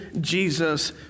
Jesus